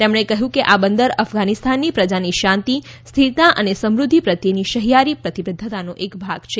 તેમણે કહ્યું આ બંદર અફઘાનિસ્તાનની પ્રજાની શાંતિ સ્થિરતા અને સમૃદ્ધિ પ્રત્યેની સહિયારી પ્રતિબદ્વતાનો એક ભાગ છે